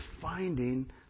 finding